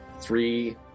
three